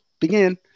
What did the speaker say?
begin